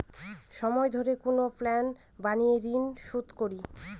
সময় ধরে কোনো প্ল্যান বানিয়ে ঋন শুধ করি